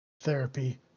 therapy